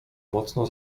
mocno